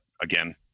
Again